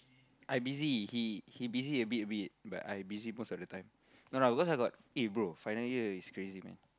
I busy he he busy a bit a bit but I busy most of the time no lah because I got eh bro final year is crazy man